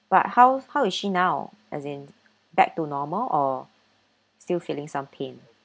but how how is she now as in back to normal or still feeling some pain